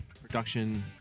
production